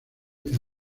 madre